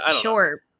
Sure